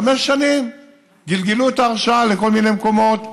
חמש שנים גלגלו את ההרשאה לכל מיני מקומות.